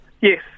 Yes